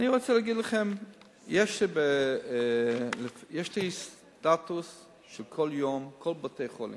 אני רוצה להגיד לכם שיש לי סטטוס של כל יום על כל בתי-החולים.